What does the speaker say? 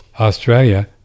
Australia